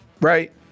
right